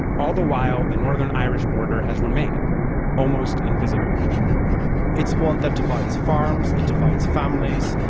all the while, the northern irish border has remained almost invisible it's one that divides farms. it divides families.